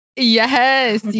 Yes